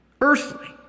earthly